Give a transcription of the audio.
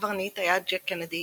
הקברניט היה ג'ק גנדי,